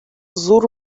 зур